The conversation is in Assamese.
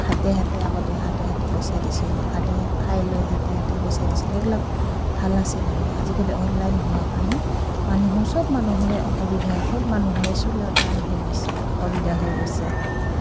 হাতে হাতে আগতে হাতে হাতে পইচা দিছিল হাতে খাই লৈ হাতে হাতে পইচা দিছিল সেইবিলাক ভাল আছিল আৰু আজিকালি অনলাইন হোৱা কাৰণে মানুহৰ চব মানুহৰে অসুবিধা চব মানুহৰে চলা টান হৈ গৈছে অসুবিধা হৈ গৈছে